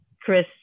Chris